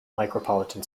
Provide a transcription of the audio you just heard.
micropolitan